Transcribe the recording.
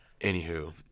anywho